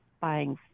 buying